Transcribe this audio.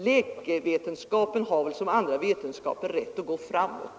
Läkevetenskapen har väl liksom andra vetenskaper rätt att gå framåt.